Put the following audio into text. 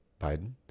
Biden